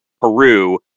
Peru